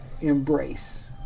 embrace